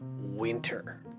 winter